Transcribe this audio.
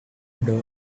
door